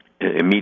immediate